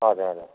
हजुर हजुर